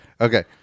okay